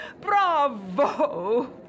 Bravo